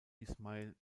ismail